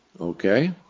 Okay